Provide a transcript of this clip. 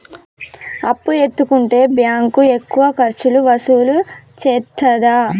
అప్పు ఎత్తుకుంటే బ్యాంకు ఎక్కువ ఖర్చులు వసూలు చేత్తదా?